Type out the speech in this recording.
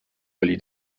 oli